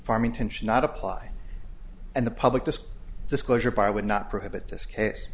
farmington should not apply and the public this disclosure by would not prohibit this case